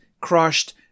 crushed